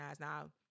Now